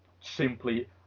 simply